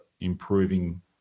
Improving